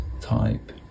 type